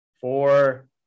four